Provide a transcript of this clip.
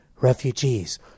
refugees